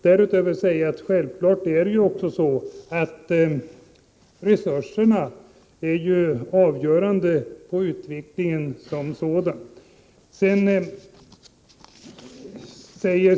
Jag vill framhålla att självfallet är resurserna avgörande för utvecklingen som sådan.